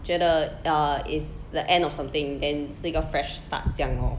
觉得 err is the end of something then 是一个 fresh start 这样 lor